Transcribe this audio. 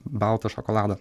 baltą šokoladą